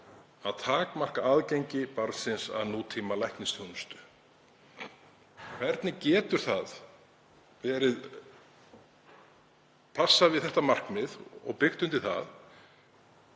að takmarka aðgengi barnsins að nútímalæknisþjónustu? Hvernig getur það passað við þetta markmið og byggt undir það